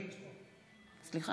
אינו נוכח